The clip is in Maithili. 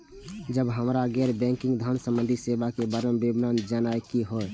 जब हमरा गैर बैंकिंग धान संबंधी सेवा के बारे में विवरण जानय के होय?